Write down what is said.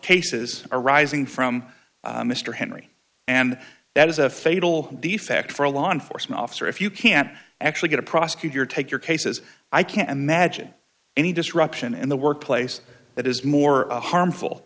cases arising from mr henry and that is a fatal defect for a law enforcement officer if you can't actually get a prosecutor take your cases i can't imagine any disruption in the workplace that is more harmful